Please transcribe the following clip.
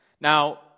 Now